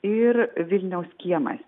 ir vilniaus kiemas